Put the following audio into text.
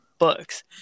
Books